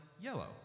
yellow